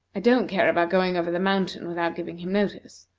i don't care about going over the mountain without giving him notice,